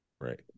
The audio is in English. right